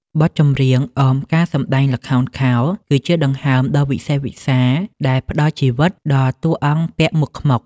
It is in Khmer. បទចម្រៀងអមការសម្ដែងល្ខោនខោល គឺជាដង្ហើមដ៏វិសេសវិសាលដែលផ្ដល់ជីវិតដល់តួអង្គពាក់មុខខ្មុក។